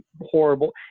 horrible